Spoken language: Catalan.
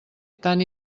tan